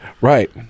Right